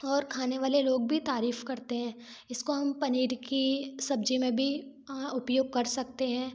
और खाने वाले लोग भी तारीफ़ करते हैं इसको हम पनीर की सब्ज़ी में भी उपयोग कर सकते हैं